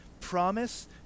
promise